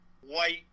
White